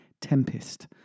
Tempest